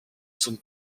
sont